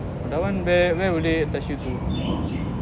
that one where where will they attach you to